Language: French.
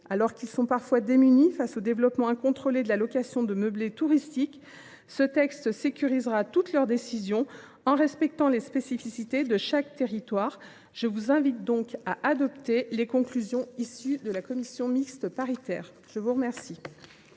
ces derniers sont parfois démunis face au développement incontrôlé de la location de meublés touristiques, ce texte sécurisera leurs décisions tout en respectant les spécificités de chaque territoire. Je vous invite donc à adopter les conclusions de la commission mixte paritaire. La parole